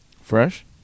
Fresh